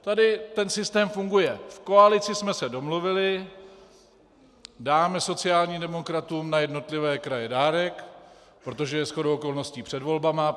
Tady ten systém funguje: V koalici jsme se domluvili, dáme sociálním demokratům na jednotlivé kraje dárek, protože je shodou okolností před volbami.